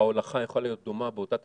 וההולכה יכולה להיות דומה באותה תשתית?